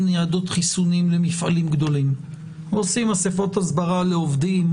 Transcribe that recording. ניידות חיסונים למפעלים גדולים או עושים אספות הסברה לעובדים,